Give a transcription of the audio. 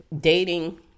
dating